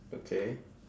okay